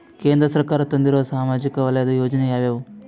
ಕೇಂದ್ರ ಸರ್ಕಾರ ತಂದಿರುವ ಸಾಮಾಜಿಕ ವಲಯದ ಯೋಜನೆ ಯಾವ್ಯಾವು?